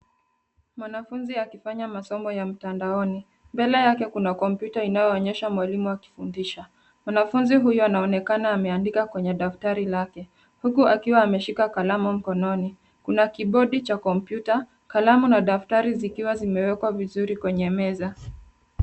Mwanafuzi akifanya masomo ya mtandaoni. Mbele yake kuna kompyuta inayoonyesha mwalimu akifundisha. Mwanafuzi huyo anaonekana ameandika kwenye daftari lake uku akiwa ameshika kalamu mkononi. Kuna kibodi cha kompyuta, kalamu na daftari zikiwa zimewekwa vizuri kwenye meza.